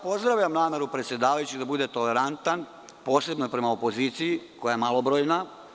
Pozdravljam nameru predsedavajućeg da bude tolerantan, posebno prema opoziciji koja je malobrojna.